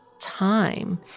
time